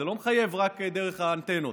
זה לא מחייב רק דרך האנטנות.